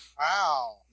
Wow